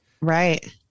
Right